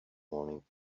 morning